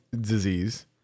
disease